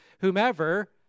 whomever